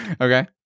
Okay